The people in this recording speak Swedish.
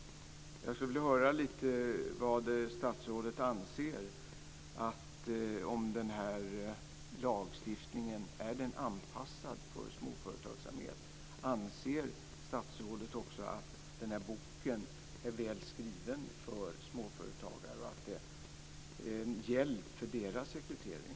Jag skulle vilja höra vad statsrådet anser om den här lagstiftningen. Är den anpassad för småföretagsamhet? Anser statsrådet också att handboken är väl skriven för småföretagare och att den är en hjälp för deras rekrytering?